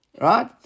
right